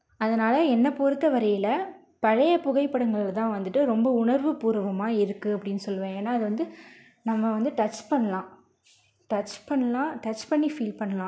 அதனால் என்னைப்பொறுத்தவரையில் பழைய புகைப்படங்களில் தான் வந்துட்டு ரொம்ப உணர்வுபூர்வமாக இருக்குது அப்படின்னு சொல்லுவேன் ஏன்னால் அது வந்து நம்ப வந்து டச் பண்ணலான் டச் பண்ணலாம் டச் பண்ணி ஃபீல் பண்ணலான்